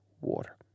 water